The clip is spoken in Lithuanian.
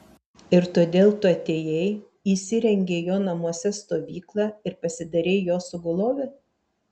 ir todėl tu atėjai įsirengei jo namuose stovyklą ir pasidarei jo sugulove